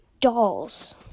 dolls